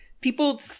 people